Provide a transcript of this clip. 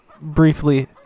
briefly